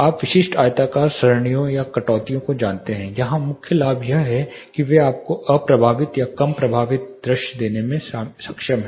आप विशिष्ट आयताकार सरणियों या कटौती को जानते हैं यहां मुख्य लाभ यह है कि वे आपको अप्रभावित या कम प्रभावित दृश्य देने में सक्षम हैं